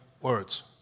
words